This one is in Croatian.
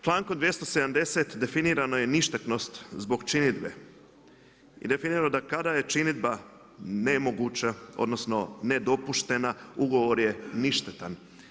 Člankom 270. definirana je ništetnost zbog činidbe i definirano je da kada je činidba nemoguća, odnosno nedopuštena ugovor je ništetan.